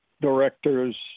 directors